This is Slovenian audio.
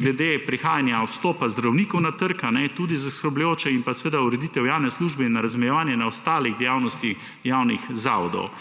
glede prihajanja odstopa zdravnikov na trg, je tudi zaskrbljujoče, in seveda ureditev javne službe in razmejevanje na ostale dejavnosti javnih zavodov.